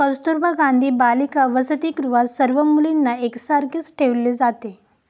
कस्तुरबा गांधी बालिका वसतिगृहात सर्व मुलींना एक सारखेच ठेवले जाते